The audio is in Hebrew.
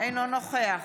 אינו נוכח